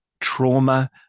trauma